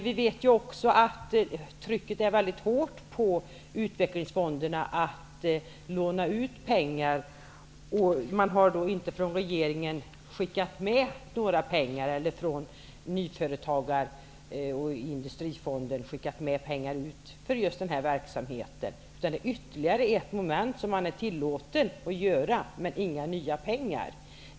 Vi vet också att trycket är mycket hårt på att utvecklingsfonderna skall låna ut pengar. Regeringen har inte skickat med några pengar från Industri och nyföretagarfonden för just den här verksamheten. Det är ytterligare ett moment som man tillåts göra, men man får inga nya pengar.